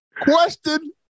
Question